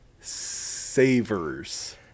savers